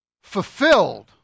fulfilled